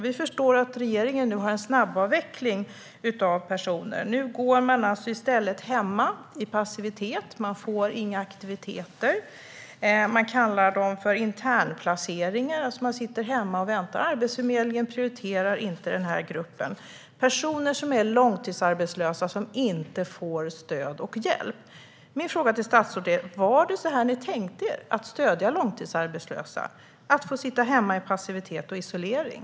Vi förstår att regeringen nu gör en snabbavveckling. Nu går dessa människor i stället hemma i passivitet. De får inga aktiviteter. De kallas för internplaceringar, alltså att de sitter hemma och väntar. Arbetsförmedlingen prioriterar inte denna grupp. Det är personer som är långtidsarbetslösa och som inte får stöd och hjälp. Min fråga till statsrådet är: Var det så här ni tänkte er att stödja långtidsarbetslösa - att de ska sitta hemma i passivitet och isolering?